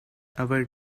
await